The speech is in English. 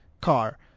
car